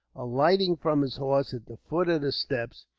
alighting from his horse at the foot of the steps,